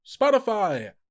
Spotify